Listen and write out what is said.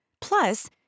Plus